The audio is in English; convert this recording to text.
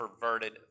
perverted